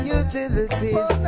utilities